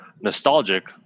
nostalgic